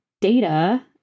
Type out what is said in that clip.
data